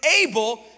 able